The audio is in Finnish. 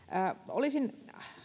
olisin